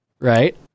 Right